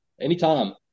Anytime